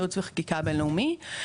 ייעוץ וחקיקה בינלאומיים.